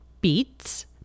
beets